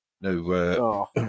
no